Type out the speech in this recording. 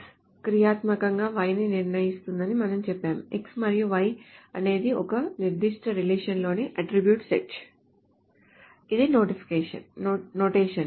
X క్రియాత్మకంగా Y ని నిర్ణయిస్తుందని మనం చెప్పాము X మరియు Y అనేది ఒక నిర్దిష్ట రిలేషన్ లోని అట్ట్రిబ్యూట్ సెట్ ఇది నొటేషన్